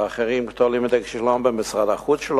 האחרים תולים את הכישלון במשרד החוץ,